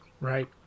Right